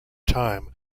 time